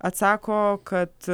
atsako kad